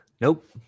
Nope